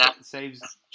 saves